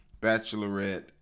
bachelorette